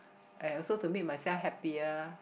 and also to make myself happier